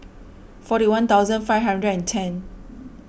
forty one thousand five hundred and ten